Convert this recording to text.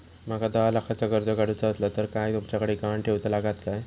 माका दहा लाखाचा कर्ज काढूचा असला तर काय तुमच्याकडे ग्हाण ठेवूचा लागात काय?